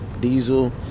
Diesel